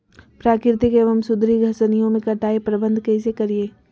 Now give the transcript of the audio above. प्राकृतिक एवं सुधरी घासनियों में कटाई प्रबन्ध कैसे करीये?